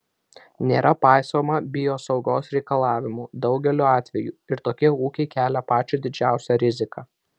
nėra paisoma biosaugos reikalavimų daugeliu atvejų ir tokie ūkiai kelia pačią didžiausią riziką